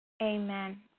Amen